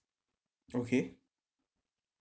okay